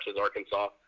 Arkansas